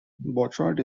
bouchard